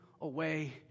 away